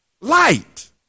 light